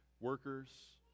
workers